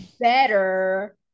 better